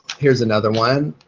here's another one.